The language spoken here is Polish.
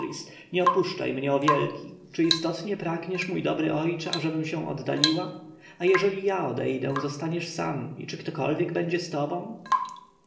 nie opuszczaj mnie o wielki czy istotnie pragniesz mój dobry ojcze abym się oddaliła a jeżeli ja odejdę zostaniesz sam i czy ktokolwiek będzie z tobą